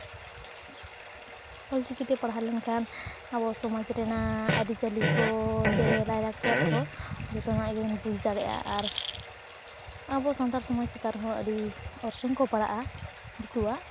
ᱚᱞ ᱪᱤᱠᱤᱛᱮ ᱯᱟᱲᱦᱟᱣ ᱞᱮᱱᱠᱷᱟᱱ ᱟᱵᱚ ᱥᱚᱢᱟᱡ ᱨᱮᱱᱟᱜ ᱟᱹᱨᱤᱪᱟᱹᱞᱤ ᱠᱚ ᱥᱮ ᱞᱟᱭᱼᱞᱟᱠᱪᱟᱨ ᱠᱚ ᱡᱚᱛᱚᱣᱟᱜ ᱜᱤᱧ ᱵᱩᱡ ᱫᱟᱲᱮᱭᱟᱜᱼᱟ ᱟᱨ ᱟᱵᱚ ᱥᱟᱱᱛᱟᱲ ᱥᱚᱢᱟᱡ ᱪᱮᱛᱟᱱ ᱨᱮᱦᱚᱸ ᱟᱹᱰᱤ ᱚᱨᱥᱚᱝ ᱠᱚ ᱯᱟᱲᱟᱜᱼᱟ ᱫᱤᱠᱩᱣᱟᱜ